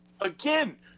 again